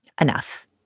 Enough